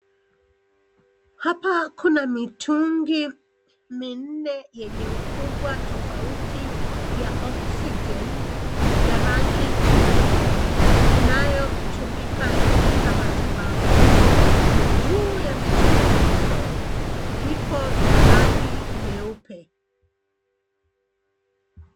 Hapa kuna mitungi minne yenye ukubwa tofauti ya oxygen ya rangi nyeusi inayotumika katika matibabu. Juu ya mitungi hizo iko na rangi nyeupe.